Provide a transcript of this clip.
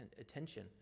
attention